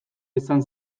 izan